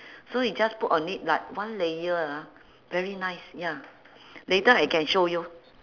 so you just put on it like one layer ah very nice ya later I can show you